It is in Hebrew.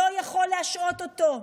לא יכול להשעות אותו.